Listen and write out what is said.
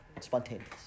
spontaneous